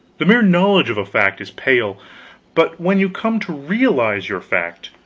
the mere knowledge of a fact is pale but when you come to realize your fact,